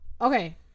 Okay